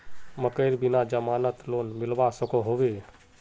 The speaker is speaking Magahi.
मकईर बिना जमानत लोन मिलवा सकोहो होबे?